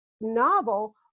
novel